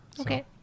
Okay